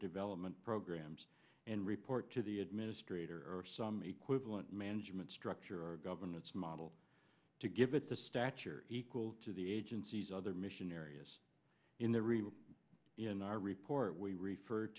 development programs and report to the administrator or some equivalent management structure or governance model to give it the stature equal to the agency's other mission areas in the review in our report we refer